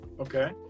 Okay